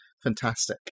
Fantastic